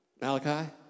Malachi